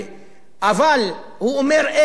אבל, הוא אומר, אין ארוחות חינם.